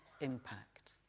impact